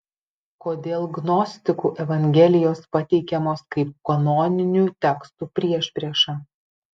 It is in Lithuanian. kodėl gnostikų evangelijos pateikiamos kaip kanoninių tekstų priešprieša